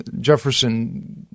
Jefferson –